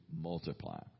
multiply